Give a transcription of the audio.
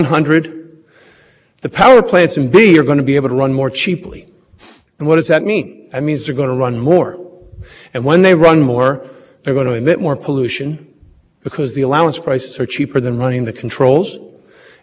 otherwise you would have to comply with that's absolutely not true ok as applied challenges embrace far more than just challenges based upon the uniform cost used by e p a the budgets that states